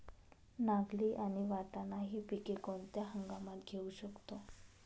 नागली आणि वाटाणा हि पिके कोणत्या हंगामात घेऊ शकतो?